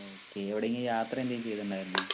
okay എവിടെയെങ്കിലും യാത്ര എന്തേലും ചെയ്തിട്ടുണ്ടായിരുന്നോ